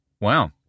Wow